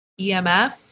EMF